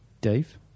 Dave